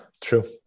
true